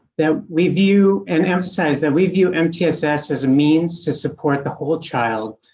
that we view and emphasize that we view mtss as a means to support the whole child,